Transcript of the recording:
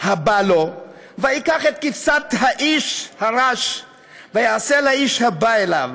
הבא לו ויקח את כבשת האיש הראש ויעשה לאיש הבא אליו.